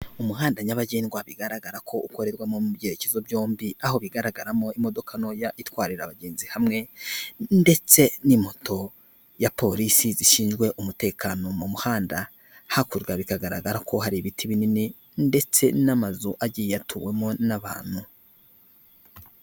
Umuhanda nyabagendwa bigaragara ko ukorerwamo mu byerekezo byombi., aho bigaragaramo imodoka ntoya itwarira abagenzi hamwe ndetse ni moto ya polisi zishinzwe umutekano mu muhanda, hakurya bikagaragara ko hari ibiti binini ndetse n'amazu agiye yatuwemo n'abantu.